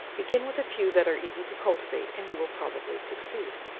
begin with a few that are easy to cultivate, and you will probably succeed.